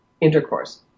intercourse